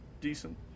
decent